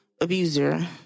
abuser